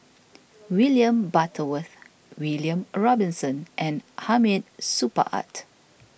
William Butterworth William Robinson and Hamid Supaat